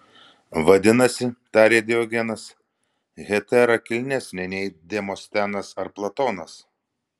vadinasi tarė diogenas hetera kilnesnė nei demostenas ar platonas